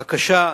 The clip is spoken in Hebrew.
בבקשה,